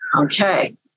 Okay